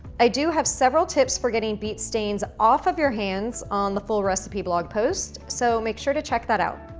i do have several tips for getting beet stains off of your hands on the full recipe blog post, so make sure to check that out.